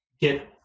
get